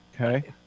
okay